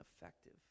effective